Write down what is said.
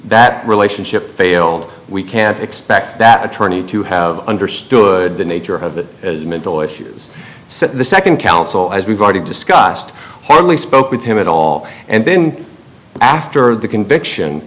that relationship failed we can't expect that attorney to have understood the nature of it as mental issues said the second counsel as we've already discussed hardly spoke with him at all and then after the conviction